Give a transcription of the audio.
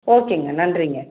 ஓகேங்க நன்றிங்க